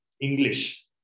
English